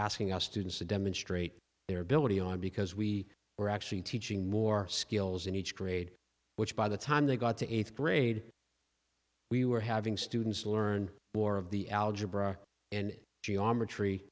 asking us to do to demonstrate their ability on because we were actually teaching more skills in each grade which by the time they got to eighth grade we were having students learn more of the algebra and geometry